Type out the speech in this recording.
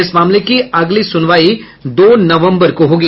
इस मामले की अगली सुनवाई दो नवम्बर को होगी